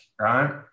right